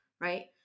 right